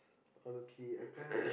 honestly cause